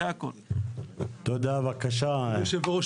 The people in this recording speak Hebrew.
אדוני היושב-ראש,